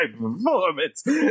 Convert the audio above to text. performance